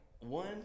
One